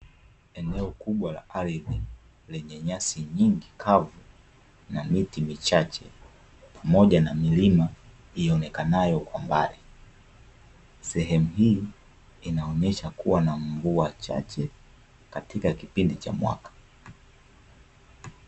Eneo kubwa la ardhi lenye nyasi nyingi kavu na miti michache, pamoja na milima ionekanayo kwa mbali. Sehemu hii inaonyesha kuwa na mvua chache katika kipindi cha mwaka.